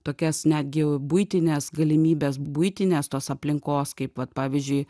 tokias netgi buitines galimybes buitinės tos aplinkos kaip vat pavyzdžiui